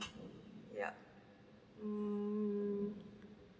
yup mm